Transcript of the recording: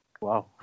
Wow